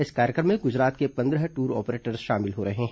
इस कार्यक्रम में गुजरात के पंद्रह टूर ऑपरेटर्स शामिल हो रहे हैं